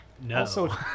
No